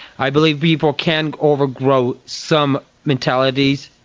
i believe people can overgrow some mentalities.